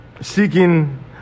seeking